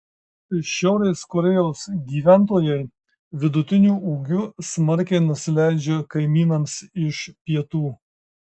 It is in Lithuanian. šiaurės korėjos gyventojai vidutiniu ūgiu smarkiai nusileidžia kaimynams iš pietų